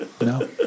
No